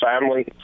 family